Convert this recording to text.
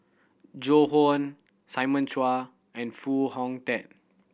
Joan Hon Simon Chua and Foo Hong Tatt